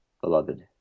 beloved